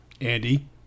andy